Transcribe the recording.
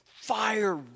Fire